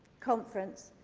conference,